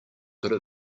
could